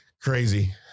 Crazy